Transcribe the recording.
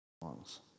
belongs